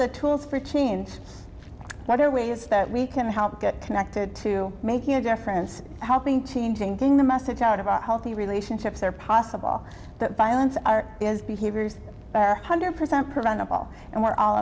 the tools for change whatever way is that we can help get connected to making a difference helping change thinking the message out of our healthy relationships are possible that violence are is behaviors hundred percent preventable and we're all